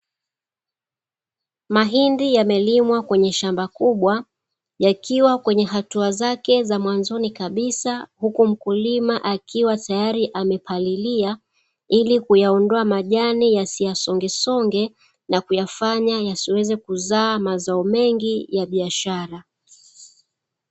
Mahindi yamelimwa kwenye shamba kubwa yakiwa kwenye hatua zake za mwanzoni kabisa, huku mkulima akiwatayari amepalilia ilikuyaondoa majani yasisongesonge na kuyafanya yasiweze kuzaa mazao mengi ya biashara.